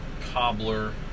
cobbler